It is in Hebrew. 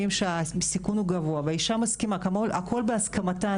שהסיכון הוא גבוה והאישה מסכימה הכול בהסכמתה,